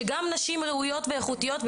שגם נשים ראויות ואיכותיות,